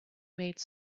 made